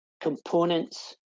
components